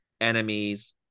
enemies